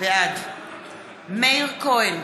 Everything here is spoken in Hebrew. בעד מאיר כהן,